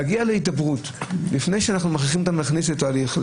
להגיע להידברות לפני שאנחנו מכריחים אותם להיכנס לתהליך,